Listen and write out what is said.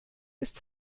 ist